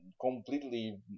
completely